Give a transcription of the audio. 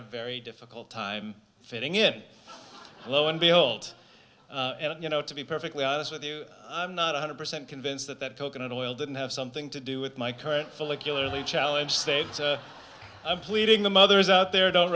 a very difficult time fitting in lo and behold you know to be perfectly honest with you i'm not one hundred percent convinced that that coconut oil didn't have something to do with my current full of killer who challenged i'm pleading the mothers out there don't